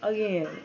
Again